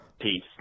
Peace